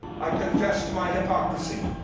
i confuse my hypocrisy.